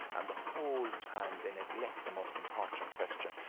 and the whole time, they neglect the most important question,